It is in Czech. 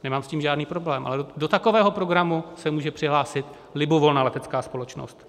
Nemám s tím žádný problém, ale do takového programu se může přihlásit libovolná letecká společnost.